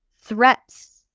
threats